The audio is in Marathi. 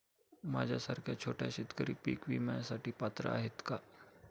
माझ्यासारखा छोटा शेतकरी पीक विम्यासाठी पात्र आहे का?